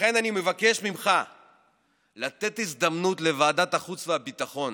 לכן אני מבקש ממך לתת הזדמנות לוועדת החוץ והביטחון